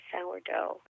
sourdough